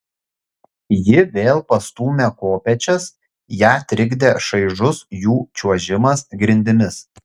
ji vėl pastūmė kopėčias ją trikdė šaižus jų čiuožimas grindimis